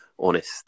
Honest